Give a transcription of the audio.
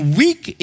weak